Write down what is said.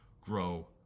grow